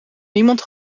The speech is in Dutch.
niemand